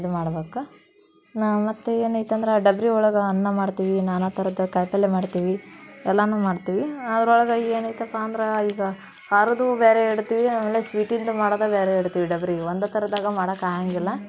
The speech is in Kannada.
ಇದು ಮಾಡ್ಬೇಕು ನ ಮತ್ತು ಏನೈತಂದ್ರೆ ಆ ಡಬರಿ ಒಳಗೆ ಅನ್ನ ಮಾಡ್ತೀವಿ ನಾನಾ ಥರದ ಕಾಯಿಪಲ್ಲೆ ಮಾಡ್ತೀವಿ ಎಲ್ಲವೂ ಮಾಡ್ತೀವಿ ಅದ್ರ ಒಳಗೆ ಈಗ ಏನೈತಪ್ಪ ಅಂದ್ರೆ ಈಗ ಖಾರದ್ದು ಬೇರೆ ಇಡ್ತೀವಿ ಆಮೇಲೆ ಸ್ವೀಟಿಂದು ಮಾಡೋದೇ ಬೇರೆ ಇಡ್ತೀವಿ ಡಬರಿ ಒಂದೇ ಥರದಾಗೆ ಮಾಡಕ್ಕೆ ಆಗೋಂಗಿಲ್ಲ